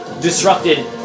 disrupted